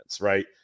right